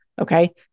okay